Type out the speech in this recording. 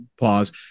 pause